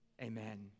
Amen